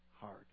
hard